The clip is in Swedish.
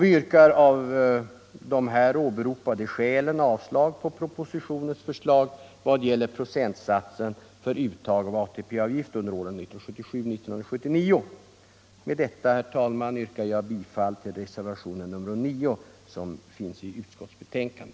Vi yrkar av dessa skäl avslag på 9 Med detta, herr talman, yrkar jag bifall till reservationen 9 i utskottets betänkande.